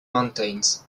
mountains